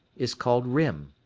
is called rym.